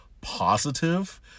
positive